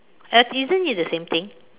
at~ isn't it the same thing